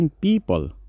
people